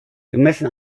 gemessen